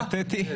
לא התבטאתי.